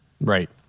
Right